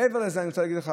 מעבר לזה אני רוצה להגיד לך,